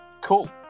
cool